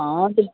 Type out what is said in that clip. हाँ तो